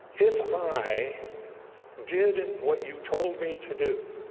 if i did what you told me to do